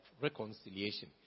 reconciliation